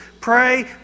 Pray